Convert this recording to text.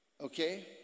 okay